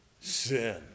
sin